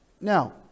Now